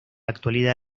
actualidad